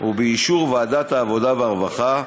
ובאישור ועדת העבודה והרווחה,